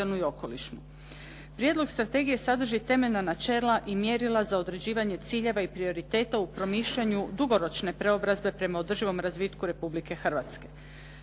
Prijedlog strategije sadrži temeljna načela i mjerila za određivanje ciljeva i prioriteta u promišljanju dugoročne preobrazbe prema održivom razvitku Republike Hrvatske.